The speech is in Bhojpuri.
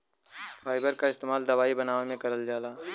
फाइबर क इस्तेमाल दवाई बनावे में करल जाला